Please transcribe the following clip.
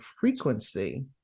frequency